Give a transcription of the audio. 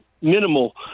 minimal